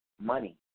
money